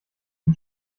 den